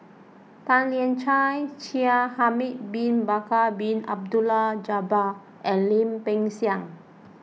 Tan Lian Chye Shaikh Ahmad Bin Bakar Bin Abdullah Jabbar and Lim Peng Siang